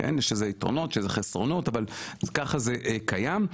יש לזה יתרונות וחסרונות אבל ככה זה קיים,